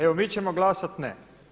Evo mi ćemo glasati ne.